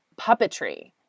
puppetry